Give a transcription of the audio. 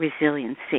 resiliency